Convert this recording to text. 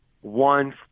one